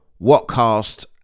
whatcast